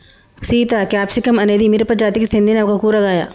Sita capsicum అనేది మిరపజాతికి సెందిన ఒక కూరగాయ